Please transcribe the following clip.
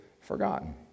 forgotten